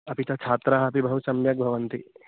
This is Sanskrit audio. अपि च छात्राः अपि बहु सम्यक् भवन्ति